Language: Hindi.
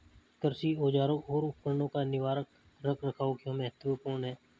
कृषि औजारों और उपकरणों का निवारक रख रखाव क्यों महत्वपूर्ण है?